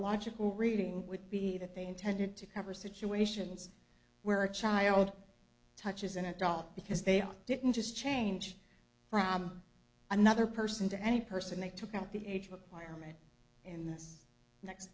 logical reading would be that they intended to cover situations where a child touches an adult because they didn't just change from another person to any person they took up the age requirement in this next